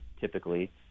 typically